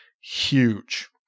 huge